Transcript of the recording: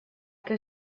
que